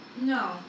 No